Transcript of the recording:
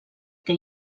que